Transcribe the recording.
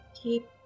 Keep